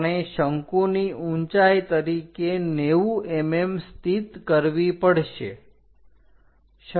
આપણે શંકુની ઊંચાઈ તરીકે 90 mm સ્થિત કરવી પડશે